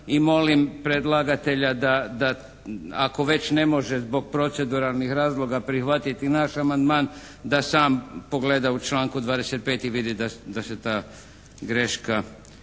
i molim predlagatelja da ako već ne može zbog proceduralnih razloga prihvatiti naš amandman da sam pogleda u članku 25. i vidi da se ta greška